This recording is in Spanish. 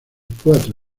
cuatro